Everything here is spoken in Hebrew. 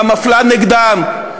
המפלה נגדם.